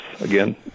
again